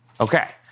Okay